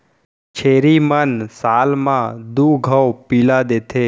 छेरी मन साल म दू घौं पिला देथे